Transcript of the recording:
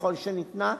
ככל שניתנה,